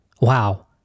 Wow